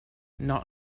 not